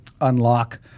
unlock